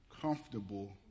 comfortable